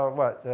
what,